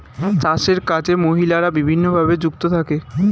চাষের কাজে মহিলারা বিভিন্নভাবে যুক্ত থাকে